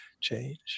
change